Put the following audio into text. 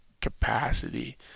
capacity